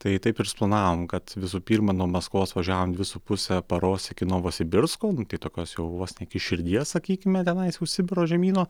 tai taip ir suplanavom kad visų pirma nuo maskvos važiavom dvi su puse paros iki novosibirsko nu tai tokios jau vos iki širdies sakykime tenais jau sibiro žemyno